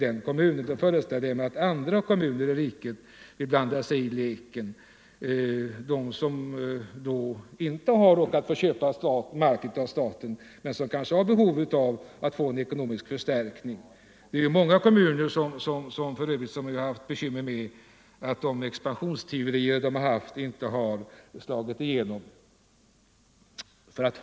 Då föreställer jag mig att andra kommuner i riket vill blanda sig i leken, sådana som inte har vågat köpa mark av staten men som kanske behöver få ekonomisk förstärkning. Det är ju för övrigt många kommuner som haft bekymmer med att deras expansionsteorier inte har förverkligats.